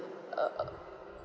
uh uh